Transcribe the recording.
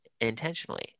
intentionally